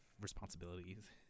responsibilities